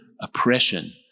oppression